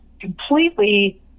completely